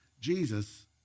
Jesus